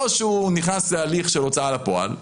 או שהוא נכנס להליך של הוצאה לפועל,